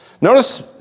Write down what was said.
Notice